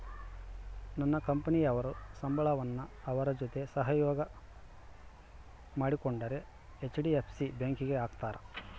ನನ್ನ ಕಂಪನಿಯವರು ಸಂಬಳವನ್ನ ಅವರ ಜೊತೆ ಸಹಯೋಗ ಮಾಡಿಕೊಂಡಿರೊ ಹೆಚ್.ಡಿ.ಎಫ್.ಸಿ ಬ್ಯಾಂಕಿಗೆ ಹಾಕ್ತಾರೆ